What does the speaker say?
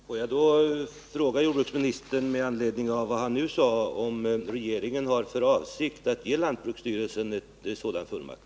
Herr talman! Får jag då fråga jordbruksministern, med anledning av vad han nu sade, om han har för avsikt att ge lantbruksstyrelsen en sådan fullmakt?